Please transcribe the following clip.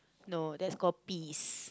no that's called peas